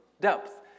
depth